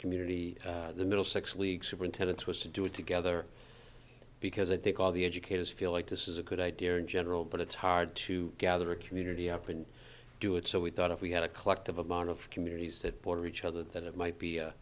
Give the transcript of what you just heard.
community the middle six weeks superintendents was to do it together because i think all the educators feel like this is a good idea in general but it's hard to gather a community up and do it so we thought if we had a collective amount of communities that border each other that it might be a